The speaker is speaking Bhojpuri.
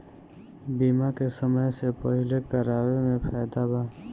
बीमा के समय से पहिले करावे मे फायदा बा